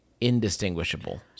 indistinguishable